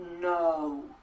no